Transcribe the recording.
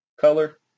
Color